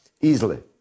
easily